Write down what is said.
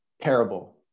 parable